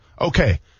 okay